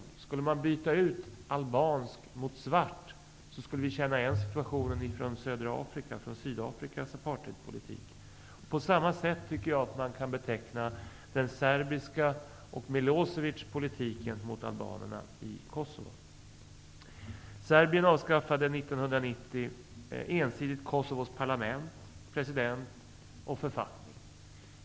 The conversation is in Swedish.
Om vi skulle byta ut ''albansk'' mot ''svart'' skulle vi känna igen situationen ifrån södra Afrika och Sydafrikas apartheidpolitik. Jag tycker att man kan beteckna den serbiska politiken och Milosevics politik gentemot albanerna i Kosovo på samma sätt. Serbien avskaffade 1990 ensidigt Kosovos parlament, president och författning.